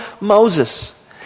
Moses